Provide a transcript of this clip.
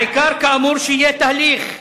העיקר, כאמור, שיהיה תהליך אין-סופי,